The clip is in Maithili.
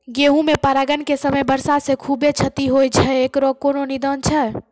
गेहूँ मे परागण के समय वर्षा से खुबे क्षति होय छैय इकरो कोनो निदान छै?